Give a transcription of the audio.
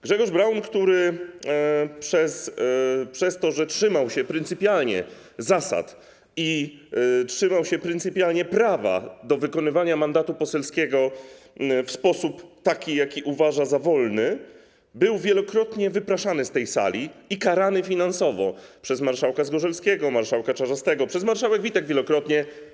Grzegorz Braun, który przez to, że trzymał się pryncypialnie zasad i trzymał się pryncypialnie prawa do wykonywania mandatu poselskiego w taki sposób, jaki uważa za wolny, był wielokrotnie wypraszany z tej sali i karany finansowo przez marszałka Zgorzelskiego, marszałka Czarzastego, przez marszałek Witek wielokrotnie.